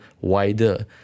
wider